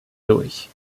durch